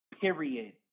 Period